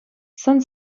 сӑн